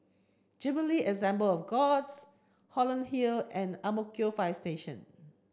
Jubilee Assembly of Gods Holland Hill and Ang Mo Kio Fire Station